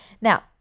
Now